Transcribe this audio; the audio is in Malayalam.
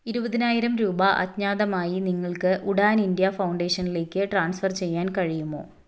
ഇരുപതിനായിരം രൂപ അജ്ഞാതമായി നിങ്ങൾക്ക് ഉഡാൻ ഇന്ത്യ ഫൗണ്ടേഷനിലേക്ക് ട്രാൻസ്ഫർ ചെയ്യാൻ കഴിയുമോ